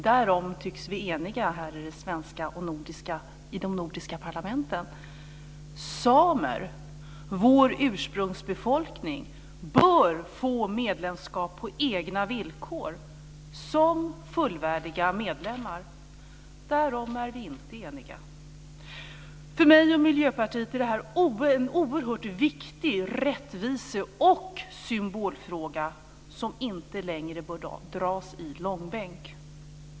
Därom tycks vi eniga i det svenska och i de nordiska parlamenten. Samer, vår ursprungsbefolkning, bör få medlemskap på egna villkor som fullvärdiga medlemmar. Därom är vi inte eniga. För mig och Miljöpartiet är det här en oerhört viktig rättvise och symbolfråga, som inte längre bör dras i långbänk.